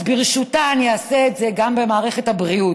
אז ברשותה, אני אעשה את זה גם במערכת הבריאות: